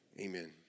Amen